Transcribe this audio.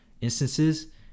instances